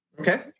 Okay